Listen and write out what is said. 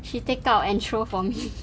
she take out and throw for me